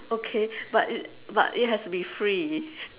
okay but it but it has to be free